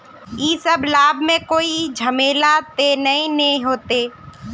इ सब लाभ में कोई झमेला ते नय ने होते?